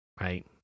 right